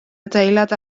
adeilad